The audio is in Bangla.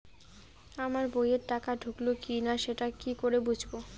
আমার বইয়ে টাকা ঢুকলো কি না সেটা কি করে বুঝবো?